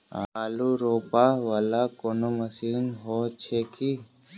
आलु रोपा वला कोनो मशीन हो छैय की?